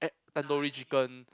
tandoori chicken